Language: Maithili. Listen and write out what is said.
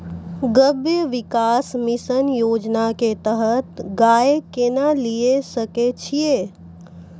गव्य विकास मिसन योजना के तहत गाय केना लिये सकय छियै?